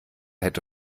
hätte